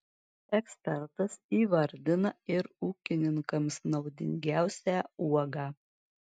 ekspertas įvardina ir ūkininkams naudingiausią uogą